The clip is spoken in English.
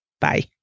Bye